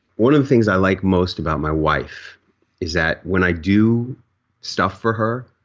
one of the things i like most about my wife is that when i do stuff for her,